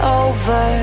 over